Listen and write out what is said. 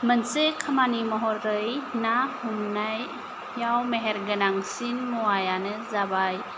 मोनसे खामानि महरै ना हमनायाव मेहेर गोनांसिन मुवायानो जाबाय